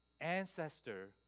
ancestor